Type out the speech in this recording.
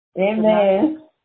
Amen